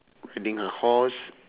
riding a horse